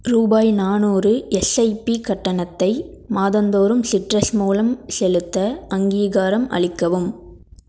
ரூபாய் நானூறு எஸ்ஐபி கட்டணத்தை மாதந்தோறும் சிட்ரஸ் மூலம் செலுத்த அங்கீகாரம் அளிக்கவும்